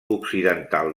occidental